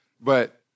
but-